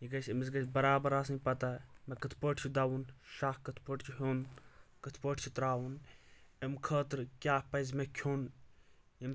یہِ گژھِ أمِس گژھِ برابر آسٕنۍ پتہ مےٚ کٕتھ پٲٹھۍ چھُ دوُن شاہ کٕتھ پٲٹھۍ چھُ ہیٚون کٕتھ پٲٹھۍ چھُ ترٛاوُن امہِ خٲطرٕ کیٛاہ پزِ مےٚ کھٮ۪ون ییٚم